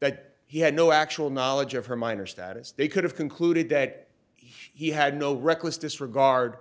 that he had no actual knowledge of her minor status they could have concluded that he had no reckless disregard